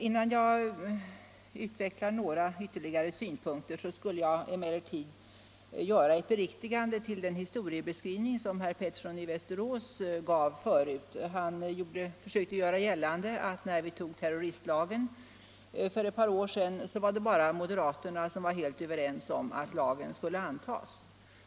Innan jag utvecklar några ytterligare synpunkter skulle jag emellertid vilja göra ett beriktigande av den historieskrivning som herr Pettersson i Västerås gav. Han försökte göra gällande att när vi fattade beslut om terroristlagen för ett par år sedan instämde bara moderaterna i att lagen skulle antas.